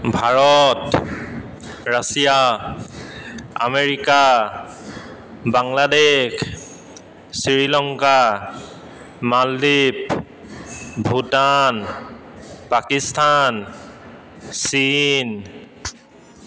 Bharat Russia America Bangladesh Sri Lanka মালদ্বীপ ভূটান পাকিস্তান চীন